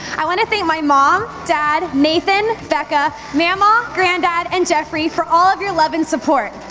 i want to thank my mom, dad, nathan, becca, mamaw, granddad, and jeffrey for all of your love and support.